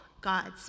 God's